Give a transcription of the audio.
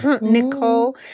nicole